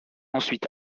ensuite